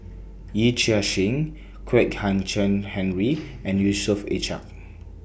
Yee Chia Hsing Kwek Hian Chuan Henry and Yusof Ishak